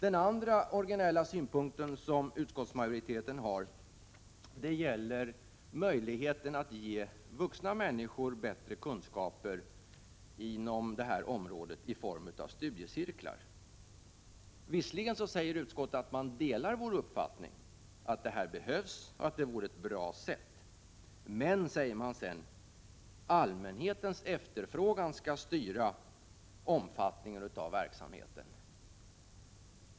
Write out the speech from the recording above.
En annan originell synpunkt som utskottsmajoriteten har gäller möjligheten att ge vuxna människor bättre kunskaper inom detta område inom ramen för studiecirkelverksamhet. Visserligen säger utskottsmajoriteten att den delar vår uppfattning att detta behövs och att det vore ett bra sätt, men sedan säger man att allmänhetens efterfrågan skall styra omfattningen av verksamheten.